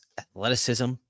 athleticism